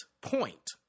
point